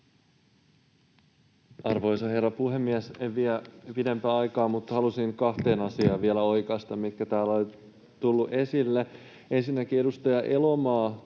Arvoisa herra puhemies! En vie pidempään aikaa, mutta haluaisin kahteen asiaan vielä oikaista, mitkä täällä ovat tulleet esille. Ensinnäkin kun edustaja Elomaa